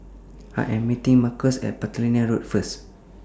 I Am meeting Marques At Platina Road First